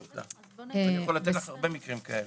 אותה ואני יכול לתת לך הרבה מקרים כאלה.